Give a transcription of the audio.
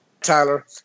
Tyler